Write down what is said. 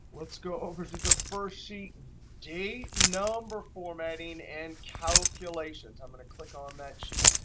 let's go over to the first sheet date number formatting and calculation. i'm going to click on that sheet.